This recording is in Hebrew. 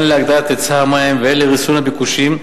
הן להגדלת היצע המים והן לריסון הביקושים,